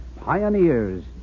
pioneers